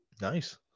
Nice